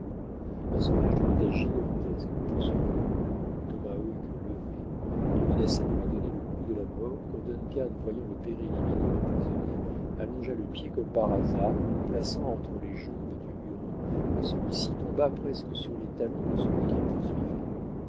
un sauvage d'une taille gigantesque le poursuivait le tomahawk levé et menaçait de lui donner le coup de la mort quand duncan voyant le péril imminent du prisonnier allongea le pied comme par hasard le plaça entre les jambes du huron et celui-ci tomba presque sur les talons de celui qu'il poursuivait